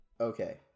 Okay